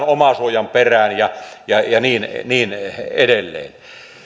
omasuojan perään ja ja niin niin edelleen